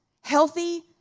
healthy